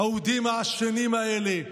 האודים העשנים האלה".